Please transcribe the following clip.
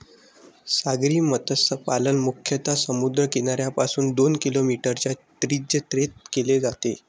सागरी मत्स्यपालन मुख्यतः समुद्र किनाऱ्यापासून दोन किलोमीटरच्या त्रिज्येत केले जाते